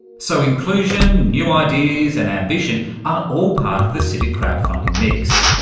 so inclusion, new ideas and ambition are all part of the civic crowd-funding mix,